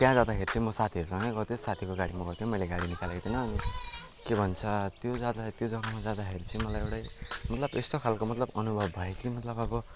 त्यहाँ जाँदाखेरि चाहिँ म साथीहरूसँगै गएको थिएँ साथी गाडीमा गएको थियौँ मैले गाडी निकालेको थिइनँ अनि के भन्छ त्यो जहाँ जाँदा त्यो जगामा जाँदाखेरि चाहिँ मलाई एउटै मतलब यस्तो खाले मतलब अनुभव भयो कि मतलब अब